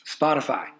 Spotify